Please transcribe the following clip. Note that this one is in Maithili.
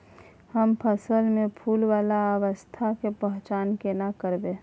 हम फसल में फुल वाला अवस्था के पहचान केना करबै?